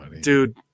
dude